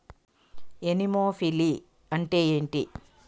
Anemophily అంటే ఏంటి?